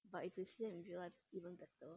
but if you see them in real life even better